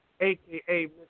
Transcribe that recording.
AKA